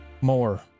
more